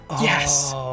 Yes